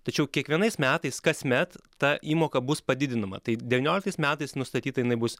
tačiau kiekvienais metais kasmet ta įmoka bus padidinama tai devynioliktais metais nustatyta jinai bus